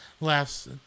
laughs